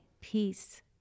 peace